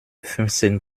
fünfzehn